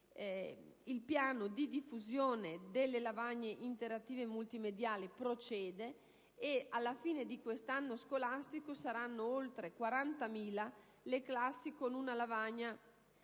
Il piano di diffusione delle lavagne interattive multimediali infatti procede e, alla fine di quest'anno scolastico, saranno oltre 40.000 le classi dotate di una lavagna interattiva